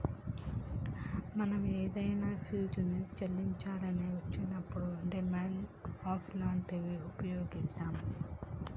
మనం ఏదైనా ఫీజుని చెల్లించాల్సి వచ్చినప్పుడు డిమాండ్ డ్రాఫ్ట్ లాంటివి వుపయోగిత్తాం